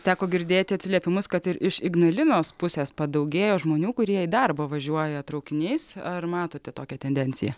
teko girdėti atsiliepimus kad ir iš ignalinos pusės padaugėjo žmonių kurie į darbą važiuoja traukiniais ar matote tokią tendenciją